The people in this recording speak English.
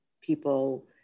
people